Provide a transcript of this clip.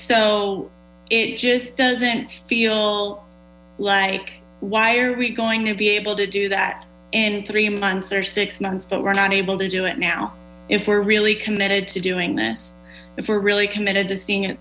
so it just doesn't feel like why are we going to be able to do that in three months or six months but we're not able to do it now if we're really committed to doing this if we're really committed to seeing it